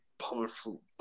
Powerful